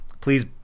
Please